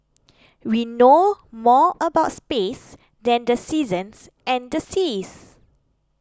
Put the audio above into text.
we know more about space than the seasons and the seas